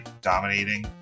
dominating